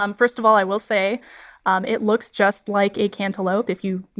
um first of all, i will say um it looks just like a cantaloupe if you, you